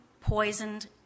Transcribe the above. poisoned